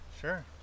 Sure